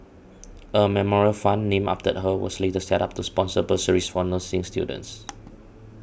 a memorial fund named after her was later set up to sponsor bursaries for nursing students